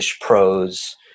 prose